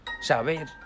saber